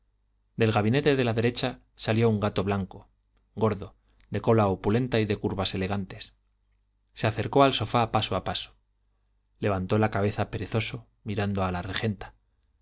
del gabinete de la derecha salió un gato blanco gordo de cola opulenta y de curvas elegantes se acercó al sofá paso a paso levantó la cabeza perezoso mirando a la regenta